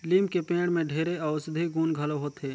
लीम के पेड़ में ढेरे अउसधी गुन घलो होथे